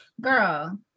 Girl